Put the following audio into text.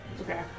Okay